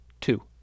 two